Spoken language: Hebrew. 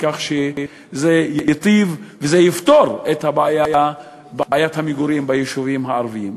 כך שזה ייטיב וזה יפתור את בעיית המגורים ביישובים הערביים.